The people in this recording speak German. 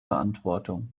verantwortung